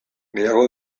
gehiago